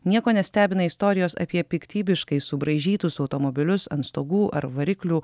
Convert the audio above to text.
nieko nestebina istorijos apie piktybiškai subraižytus automobilius ant stogų ar variklių